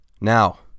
now